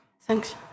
Thanks